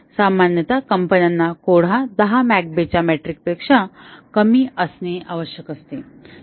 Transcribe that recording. सामान्यत कंपन्यांना कोड हा 10 McCabe च्या मेट्रिकपेक्षा कमी असणे आवश्यक असते